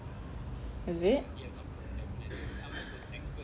is it